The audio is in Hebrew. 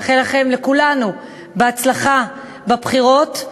לאחל לכולנו בהצלחה בבחירות,